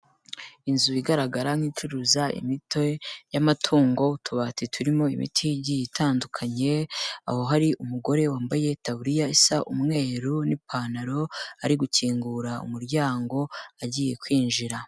Inzu igaragara nk'icuruza imiti y'amatungo, utubati turimo imiti igiye itandukanye, aho hari umugore wambaye taburiya isa umweru n'ipantaro, ari gukingura umuryango agiye kwinjira.